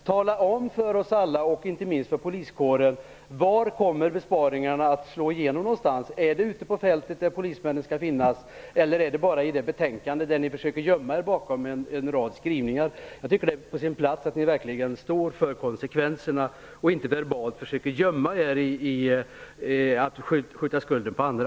Tala om för oss alla, inte minst för poliskåren, var besparingarna kommer att slå igenom någonstans! Är det ute på fältet, där polismännen skall finnas, eller är det bara i betänkandet, där ni försöker gömma er bakom en rad skrivningar? Jag tycker att det är på sin plats att ni verkligen står för konsekvenserna och inte verbalt försöker gömma er och skjuta skulden på andra.